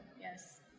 Yes